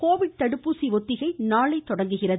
Covid தடுப்பூசி ஒத்திகை நாளை தொடங்குகிறது